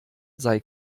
sei